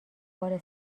بار